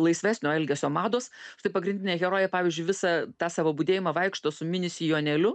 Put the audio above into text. laisvesnio elgesio mados štai pagrindinė herojė pavyzdžiui visą tą savo budėjimą vaikšto su mini sijoneliu